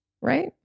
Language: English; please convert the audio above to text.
right